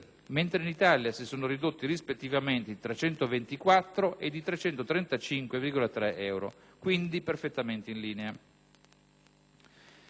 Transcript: mentre in Italia si sono ridotti, rispettivamente, di 324 e di 335,3 euro, quindi perfettamente in linea.